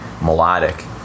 melodic